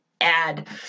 add